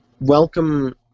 welcome